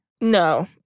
No